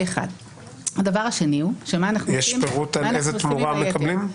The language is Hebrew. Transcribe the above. יש פירוט על איזה תמורה מקבלים?